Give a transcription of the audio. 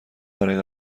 برای